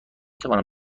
توانم